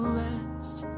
rest